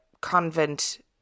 convent